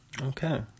Okay